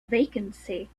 vacancy